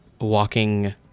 walking